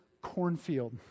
cornfield